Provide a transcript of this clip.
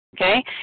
okay